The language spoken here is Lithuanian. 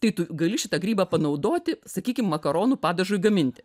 tai tu gali šitą grybą panaudoti sakykim makaronų padažui gaminti